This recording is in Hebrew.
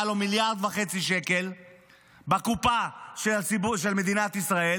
מיליארד וחצי שקל בקופה של מדינת ישראל.